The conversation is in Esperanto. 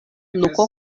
nuko